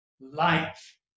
life